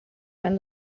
when